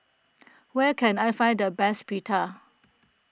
where can I find the best Pita